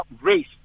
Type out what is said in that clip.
race